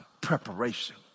preparation